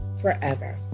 forever